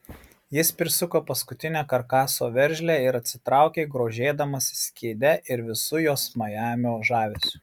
jis prisuko paskutinę karkaso veržlę ir atsitraukė grožėdamasis kėde ir visu jos majamio žavesiu